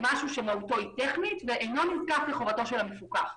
משהו שמהותו טכנית ואינו נזקף לחובתו של המפוקח.